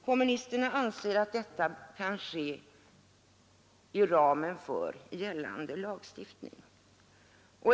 Kommunisterna anser att detta kan ske inom ramen för gällande lagstiftning.